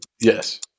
Yes